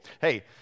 hey